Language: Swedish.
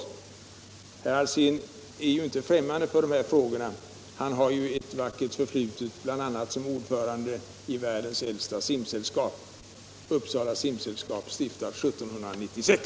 Herr Alsén är ju inte främmande för dessa frågor. Han har ett vackert förflutet bl.a. som ordförande i världens äldsta simsällskap, Uppsala Simsällskap, stiftat 1796.